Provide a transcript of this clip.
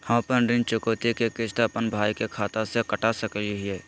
हम अपन ऋण चुकौती के किस्त, अपन भाई के खाता से कटा सकई हियई?